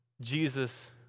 Jesus